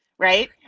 Right